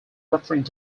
referring